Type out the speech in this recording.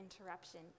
interruption